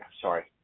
sorry